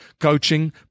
coaching